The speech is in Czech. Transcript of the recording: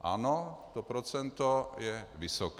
Ano, to procento je vysoké.